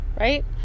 Right